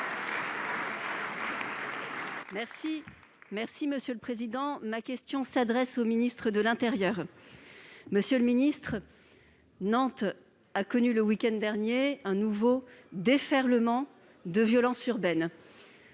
groupe Les Républicains. Ma question s'adresse à M. le ministre de l'intérieur. Monsieur le ministre, Nantes a connu le week-end dernier un nouveau déferlement de violence urbaine.